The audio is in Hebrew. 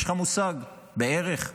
יש לך מושג, בערך?